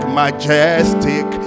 majestic